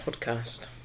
podcast